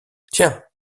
tiens